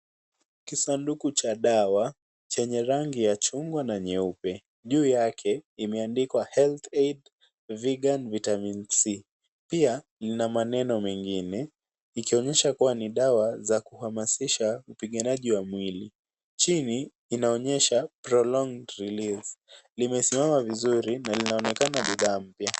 Kisanduku cha dawa Chenye rangi ya chungwa na nyeupe juu Yake limeandikwa health aid vigant vitamin c pia ina maneno mengine ikionyesha kuwa ni dawa za kuhamasisha upikanaji wa mwili chini inaonyesha prolonged released limesimama vizuri na linaonekana bidhaa mpya.